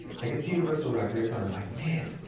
i get to universal records, and i'm like, man,